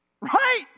right